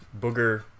booger